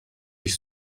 ich